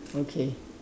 okay